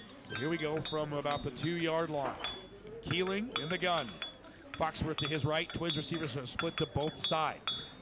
so here we go from about the two yard line keeling in the gun foxworth to his right twins receiver sort of split to both sides